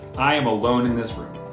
i am alone in this room.